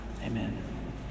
amen